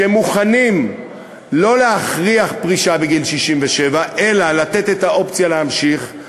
שמוכנים שלא להכריח לפרוש בגיל 67 אלא לתת את האופציה להמשיך.